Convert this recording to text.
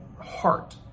heart